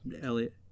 elliot